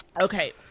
okay